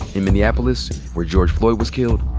in minneapolis, where george floyd was killed,